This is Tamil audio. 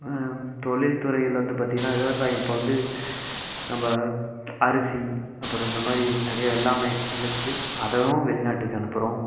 தொழில்துறையில் வந்து பார்த்தீங்கன்னா விவசாயம் இப்போ வந்து நம்ம அரிசி அப்புறம் இந்த மாதிரி நிறைய வெள்ளாமை விளைச்சு அதுவும் வெளிநாட்டுக்கு அனுப்புகிறோம்